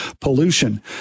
pollution